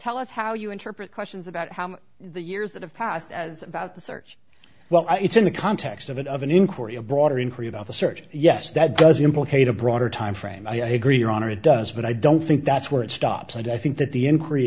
tell us how you interpret questions about how the years that have passed as about the search well it's in the context of it of an inquiry a broader in korea about the search yes that does implicate a broader timeframe i agree your honor it does but i don't think that's where it stops and i think that the increase